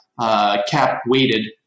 cap-weighted